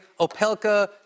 Opelka